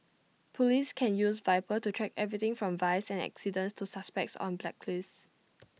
Police can use Viper to track everything from vice and accidents to suspects on blacklists